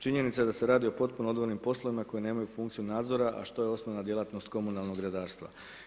Činjenica da se radi o potpuno odvojenim poslovima, koji nemaju funkciju nadzora, a što je osnovna djelatnost komunalnog redarstva.